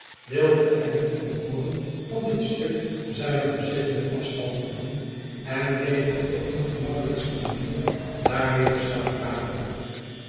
wilde er niet van hooren van dit stuk zijner bezittingen afstand te doen en bleef op de ongemakkelijkste manier daarmede staan praten